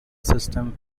system